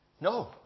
No